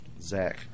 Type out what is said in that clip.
Zach